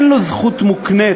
אין לו זכות מוקנית,